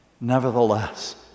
Nevertheless